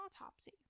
autopsy